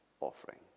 offering